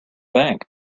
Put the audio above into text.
bank